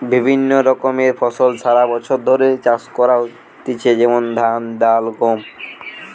বিভিন্ন রকমের ফসল সারা বছর ধরে চাষ করা হইতেছে যেমন ধান, ডাল, গম